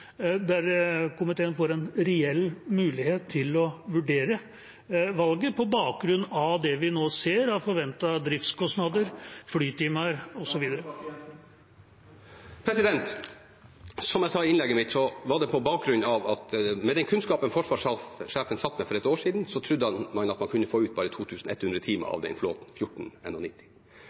der komiteen får en reell mulighet til å vurdere valget på bakgrunn av det vi nå ser av forventede driftskostnader, flytimer, osv.? Som jeg sa i innlegget mitt, trodde forsvarssjefen, med den kunnskapen han satt med for ett år siden, at man kunne få ut bare 2 100 timer av den flåten, 14